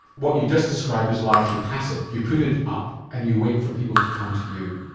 what you've just described is largely passive, you put it up and you wait for people to come to you.